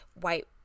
white